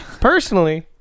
Personally